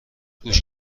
گوش